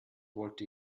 wollte